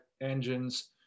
engines